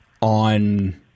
on –